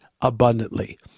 abundantly